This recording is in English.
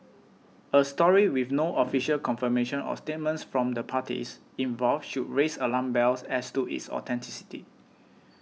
a story with no official confirmation or statements from the parties involved should raise alarm bells as to its authenticity